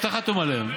שאתה חתום עליהם.